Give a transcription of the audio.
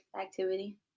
activity